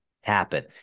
happen